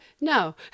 No